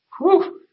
whew